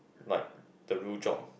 like the real job